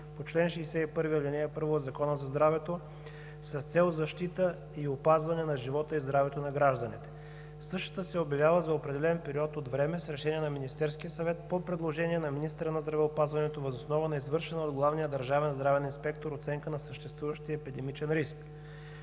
по чл. 61, ал. 1 от Закона за здравето с цел защита и опазване на живота и здравето на гражданите. Същата се обявява за определен период от време с решение на Министерския съвет по предложение на министъра на здравеопазването въз основа на извършена от главния държавен здравен инспектор оценка на съществуващия епидемичен риск.